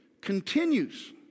Continues